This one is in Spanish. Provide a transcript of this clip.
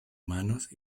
manos